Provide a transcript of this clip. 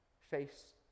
face